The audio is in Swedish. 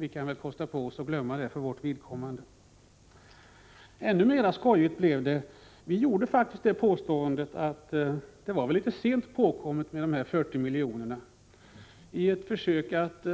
Vi kan väl för vårt vidkommande kosta på oss att glömma det. Ännu konstigare blev det. Vi gjorde faktiskt det påståendet att det var litet sent påkommet med de 40 miljonerna. I ett försök att